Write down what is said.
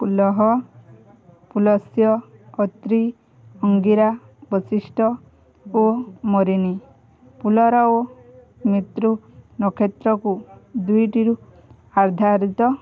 ପୁଲହଃ ପୁଲସ୍ୟ ଅତ୍ରି ଅଙ୍ଗୀରା ବଶିଷ୍ଟ୍ୟ ଓ ମରିଚୀ ପୁଲସ୍ୟ ଓ ଅତ୍ରି ନକ୍ଷତ୍ରକୁ ଦୁଇଟିରୁ ଆଧାରିତ